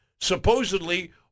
Supposedly